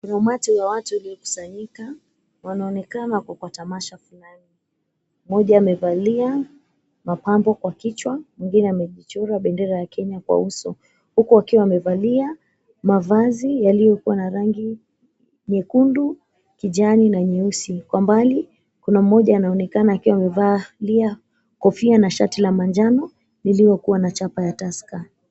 Kuna umati wa watu uliokusanyika, wanaonekana wako kwa masha fulani. Mmoja amevalia mapambo kwa kichwa mwingine amejichora bendera ya Kenya kwa uso, huku akiwa amevalia mavazi yaliyokuwa na rangi nyekundu, kijani na nyeusi. Kwa mbali kuna mmoja anaonekana akiwa amevalia kofia na shati la manjano lililokuwa na chapa ya Tusker.